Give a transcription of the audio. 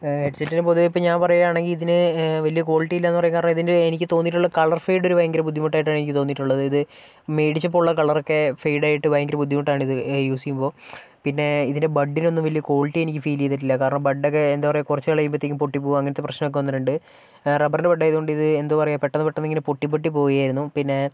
ഹെ ഹെഡ്സെറ്റിനെ പൊതുവെ ഇപ്പം ഞാൻ പറയുകയാണെങ്കിൽ ഇതിന് വലിയ ക്വാളിറ്റിയില്ലാന്നു പറയാൻ കാരണം ഇതിൻ്റെ എനിക്ക് തോന്നിയിട്ടുള്ള കളർ ഫെയ്ടൊരു ഭയങ്കര ബുദ്ധിമുട്ടായിട്ടാണ് എനിക്ക് തോന്നിയിട്ടുള്ളത് ഇത് മേടിച്ചപ്പോൾ ഉള്ള കളറൊക്കെ ഫെയ്ഡായിട്ട് ഭയങ്കര ബുദ്ധിമുട്ടാണിത് യൂസ് ചെയ്യുമ്പോൾ പിന്നെ ഇതിൻ്റെ ബഡ്ഡിനൊന്നും വലിയ ക്വാളിറ്റി എനിക്ക് ഫീല് ചെയ്തിട്ടില്ല കാരണം ബഡ്ഡൊക്കെ എന്താ പറയുക കുറച്ച് നാള് കഴിയുമ്പത്തേക്കും പൊട്ടിപോകും അങ്ങനത്തെ പ്രശ്നമൊക്കെ വന്നിട്ടുണ്ട് റബ്ബറിൻ്റെ ബഡ്ഡായതുകൊണ്ടു ഇത് എന്ത് പറയുക പെട്ടെന്ന് പെട്ടന്ന് ഇങ്ങനെ പൊട്ടി പൊട്ടി പോവുകയായിരുന്നു പിന്നെ